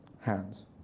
hands